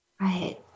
right